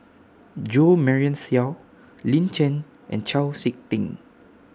Jo Marion Seow Lin Chen and Chau Sik Ting